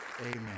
Amen